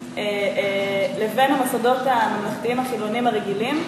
לבין המוסדות הממלכתיים החילוניים הרגילים,